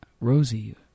Rosie